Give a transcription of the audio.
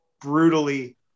brutally